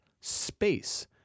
space